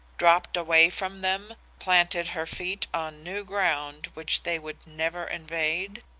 dropped away from them, planted her feet on new ground which they would never invade?